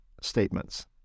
statements